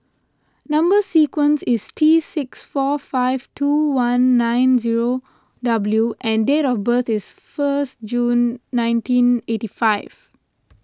Number Sequence is T six four five two one nine zero W and date of birth is first June nineteen eighty five